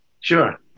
Sure